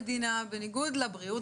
ככה,